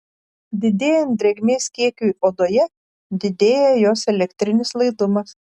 didėjant drėgmės kiekiui odoje didėja jos elektrinis laidumas